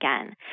again